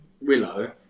Willow